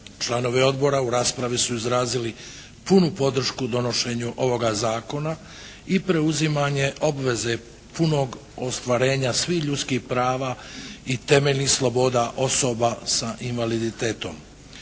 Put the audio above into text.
Članovi odbora u raspravi su izrazili punu podršku donošenju ovoga zakona i preuzimanje obveze punog ostvarenja svih ljudskih prava i temeljnih osoba sa invaliditetom.